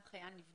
גם חייל נבדק.